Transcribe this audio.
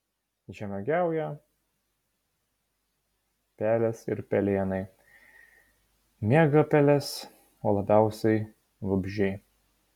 žemuogiauja pelės ir pelėnai miegapelės o labiausiai vabzdžiai